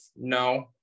No